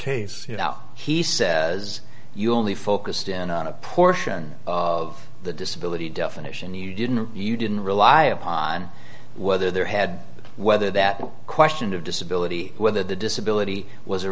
case now he says you only focused in on a portion of the disability definition you didn't you didn't rely upon whether there had been whether that question of disability whether the disability was